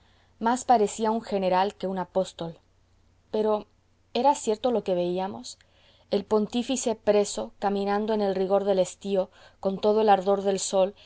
más parecía un general que un apóstol pero era cierto lo que veíamos el pontífice preso caminando en el rigor del estío con todo el ardor del sol